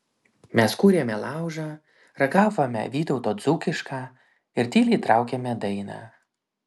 mes kūrėme laužą ragavome vytauto dzūkišką ir tyliai traukėme dainą